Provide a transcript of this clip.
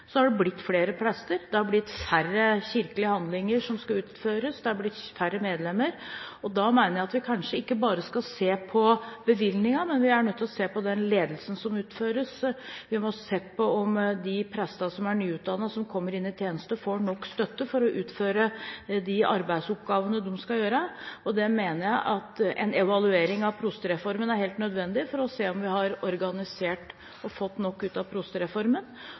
Så har det blitt flere prester. Det har blitt færre kirkelige handlinger som skal utføres. Det har blitt færre medlemmer. Da mener jeg at vi kanskje ikke bare skal se på bevilgningene, men vi er nødt til å se på den ledelsen som utføres. Vi må se på om de prestene som er nyutdannet, og som kommer inn i tjeneste, får nok støtte for å utføre de arbeidsoppgavene de skal gjøre. Da mener jeg at en evaluering av prostereformen er helt nødvendig for å se om vi har organisert godt nok og fått nok ut av prostereformen.